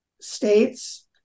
states